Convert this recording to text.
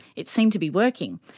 it seemed to be working.